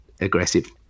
aggressive